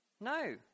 No